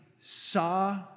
saw